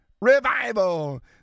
revival